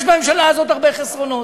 יש בממשלה הזאת הרבה חסרונות,